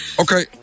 Okay